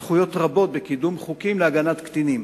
שיש לו זכויות רבות בקידום חוקים להגנת קטינים.